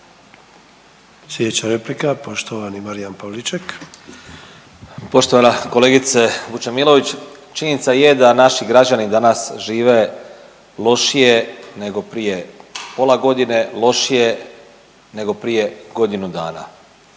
Marijan (Hrvatski suverenisti)** Poštovana kolegice Vučemilović, činjenica je da naši građani danas žive lošije nego prije pola godine, lošije nego prije godinu dana